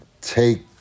take